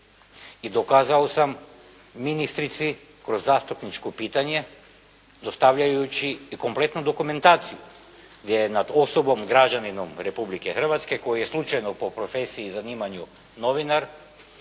dokazao sam ministrici kroz zastupničko pitanje, dostavljajući kompletnu dokumentaciju, gdje je nad osobom, građaninom Republike Hrvatske koji je slučajno po profesiji i zanimanju novinar,